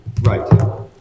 Right